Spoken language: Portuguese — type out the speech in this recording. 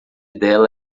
dela